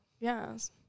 Yes